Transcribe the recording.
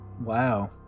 wow